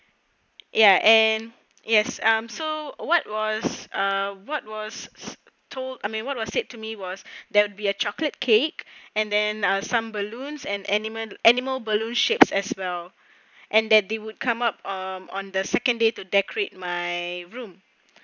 ya and yes um so what was uh what was told I mean what was said to me was that there would be a chocolate cake and then some balloons and animal animal balloon shapes as well and that they would come up um on the second day to decorate my room